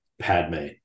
Padme